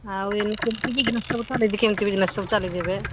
ଆଉ ଏବେ କେମିତି ବିଜନେସ୍ ସବୁ ଚଲେଇଛ ବିଜିନେସ୍ ସବୁ ଚଲେଇଛ ଏବେ